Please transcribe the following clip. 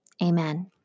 amen